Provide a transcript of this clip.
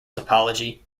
topology